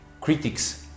critics